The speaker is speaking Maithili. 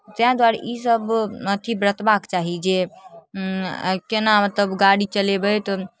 ताहि दुआरे ईसभ अथि बरतबाक चाही जे केना मतलब गाड़ी चलेबै तऽ